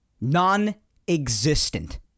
Non-existent